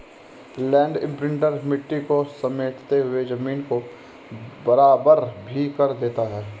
land imprinter मिट्टी को समेटते हुए जमीन को बराबर भी कर देता है